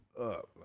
up